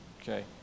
okay